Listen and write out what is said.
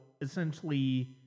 essentially